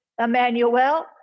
Emmanuel